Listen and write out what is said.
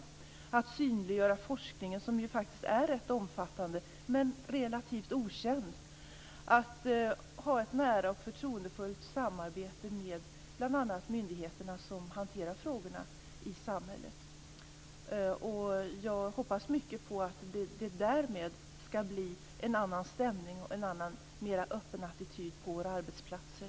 Det handlar om att synliggöra forskningen, som ju faktiskt är rätt omfattande, men relativt okänd. Det handlar om att ha ett nära och förtroendefullt samarbete med bl.a. de myndigheter som hanterar frågorna i samhället. Jag hoppas mycket på att det därmed skall bli en annan stämning och en annan, mer öppen, attityd på våra arbetsplatser.